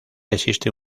existe